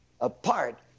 apart